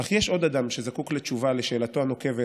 אך יש עוד אדם שזקוק לתשובה על שאלתו הנוקבת